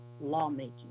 lawmaking